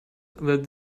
that